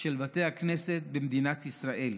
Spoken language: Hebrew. של בתי הכנסת במדינת ישראל,